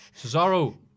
Cesaro